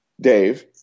Dave